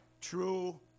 true